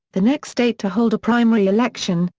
the next state to hold a primary election,